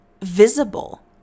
visible